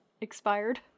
expired